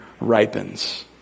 ripens